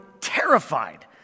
terrified